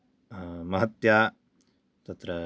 महत्या तत्र